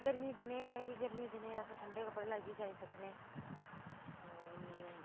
गर्मी दे दिनें एह् ऐ कि गर्मी दे दिनें अस ठंडे कपड़े लाइयै जाई सकने आं ओह् इन्नी